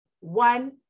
one